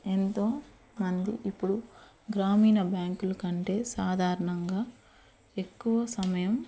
ఎంతో మంది ఇప్పుడు గ్రామీణ బ్యాంకులు కంటే సాధారణంగా ఎక్కువ సమయం